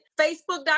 Facebook.com